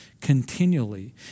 continually